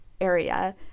area